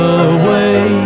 away